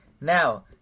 Now